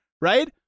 right